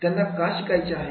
त्यांना का शिकायचे आहे